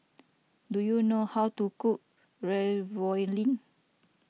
do you know how to cook Ravioli